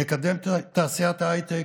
נקדם את תעשיית ההייטק,